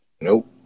Nope